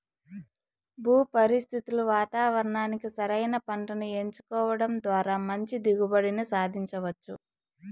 భూ పరిస్థితులు వాతావరణానికి సరైన పంటను ఎంచుకోవడం ద్వారా మంచి దిగుబడిని సాధించవచ్చు